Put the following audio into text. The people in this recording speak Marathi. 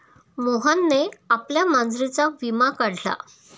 मोहनने आपल्या मांजरीचा विमा काढला